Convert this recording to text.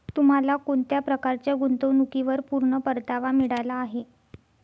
तुम्हाला कोणत्या प्रकारच्या गुंतवणुकीवर पूर्ण परतावा मिळाला आहे